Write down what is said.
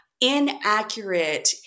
inaccurate